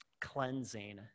cleansing